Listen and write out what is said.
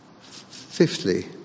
Fifthly